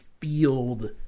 field